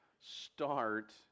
start